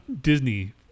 Disney